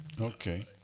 Okay